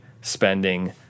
spending